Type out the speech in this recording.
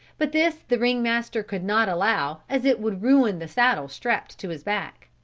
but this the ring-master could not allow as it would ruin the saddle strapped to his back.